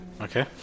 Okay